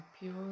pure